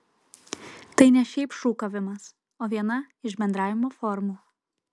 tai ne šiaip šūkavimas o viena iš bendravimo formų